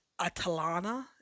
Atalana